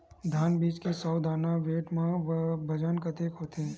धान बीज के सौ दाना के वेट या बजन कतके होथे?